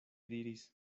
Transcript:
diris